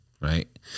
Right